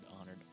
honored